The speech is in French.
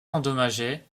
endommagé